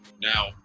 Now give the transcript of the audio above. now